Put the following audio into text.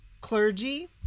clergy